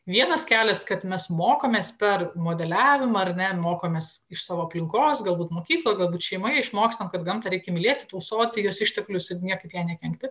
vienas kelias kad mes mokomės per modeliavimą ar ne mokomės iš savo aplinkos galbūt mokykloj galbūt šeimoje išmokstam kad gamtą reikia mylėti tausoti jos išteklius ir niekaip jai nekenkti